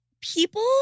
people